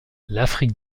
l’afrique